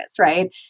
right